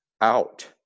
out